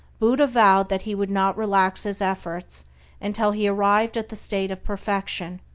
buddha vowed that he would not relax his efforts until he arrived at the state of perfection,